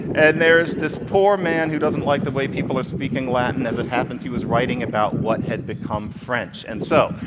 and there's this poor man who doesn't like the way people are speaking latin. as it happens, he was writing about what had become french. and so,